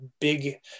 big